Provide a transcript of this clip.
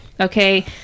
okay